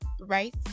right